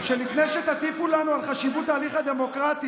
אני מציע שלפני שתטיפו לנו על חשיבות ההליך הדמוקרטי,